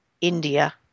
India